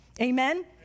Amen